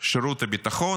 שירות הביטחון,